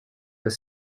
were